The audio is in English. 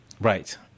right